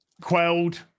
quelled